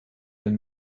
that